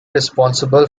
responsible